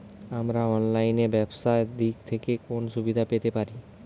আমরা অনলাইনে ব্যবসার দিক থেকে কোন সুবিধা পেতে পারি?